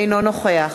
אינו נוכח